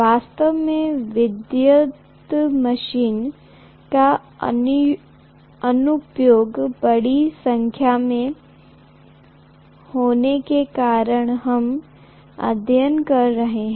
वास्तव में विद्युत मशीन का अनुप्रयोग बड़ी संख्या में होने के कारण हम अध्ययन कर रहे हैं